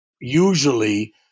usually